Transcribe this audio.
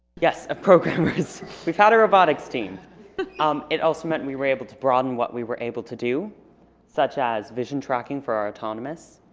yes of programmers. we've had a robotics team um it also meant we were able to broaden what we were able to do such as vision tracking for our autonomous